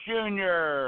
Junior